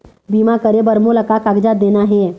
बीमा करे बर मोला का कागजात देना हे?